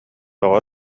тоҕо